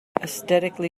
aesthetically